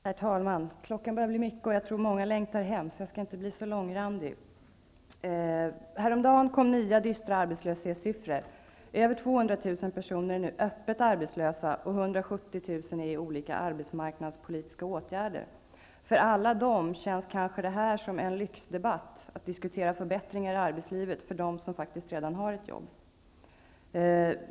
Herr talman! Klockan börjar bli mycket, och jag tror att många längtar hem, så jag skall inte bli så långrandig. Häromdagen kom nya dystra arbetslöshetssiffror. Över 200 000 personer är nu öppet arbetslösa och 170 000 är föremål för olika arbetsmarknadspolitiska åtgärder. För alla dem känns det kanske som en lyxdebatt att då diskutera förbättringar i arbetslivet för dem som faktiskt har ett jobb.